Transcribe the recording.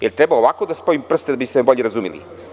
Da li treba ovako da spojim prste da biste bolje razumeli?